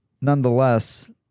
nonetheless